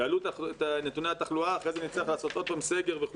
יעלו נתוני התחלואה ואחר כך נצטרך לעשות שוב סגר.